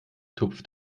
tupft